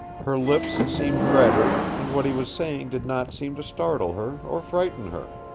her lips seemed redder, and what he was saying did not seem to startle her, or frighten her.